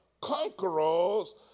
conquerors